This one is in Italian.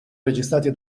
registrati